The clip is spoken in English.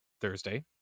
Thursday